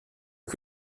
aux